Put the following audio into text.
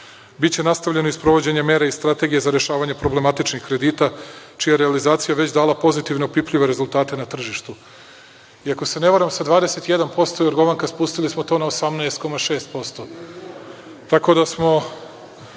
nastavljeno i sprovođenje mera strategije za rešavanje problematičnih kredita čija realizacija je već dala pozitivne opipljive rezultate na tržištu. Ako se ne varam, sa 21% Jorgovanka, spustili smo to na 18,6%, hteo sam samo